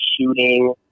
shooting